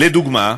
לדוגמה,